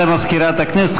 תודה למזכירת הכנסת.